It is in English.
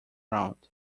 around